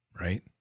right